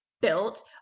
built